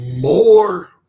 more